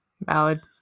valid